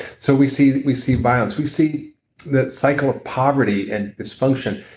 so we see we see violence we see the cycle of poverty and disfunction.